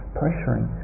pressuring